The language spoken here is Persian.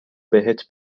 بهت